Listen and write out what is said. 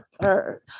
third